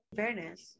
fairness